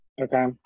Okay